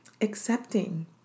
accepting